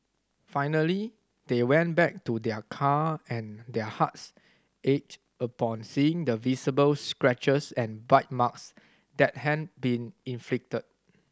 finally they went back to their car and their hearts ached upon seeing the visible scratches and bite marks that had been inflicted